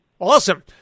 Awesome